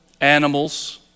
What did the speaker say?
animals